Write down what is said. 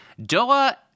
Doa